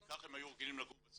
כי כך הם היו רגילים לגור בצרפת.